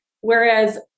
Whereas